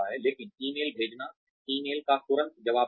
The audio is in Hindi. लेकिन ईमेल भेजना ईमेल का तुरंत जवाब देना